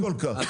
לא כל כך.